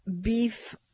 beef